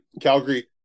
Calgary